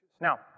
Now